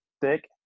thick